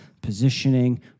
positioning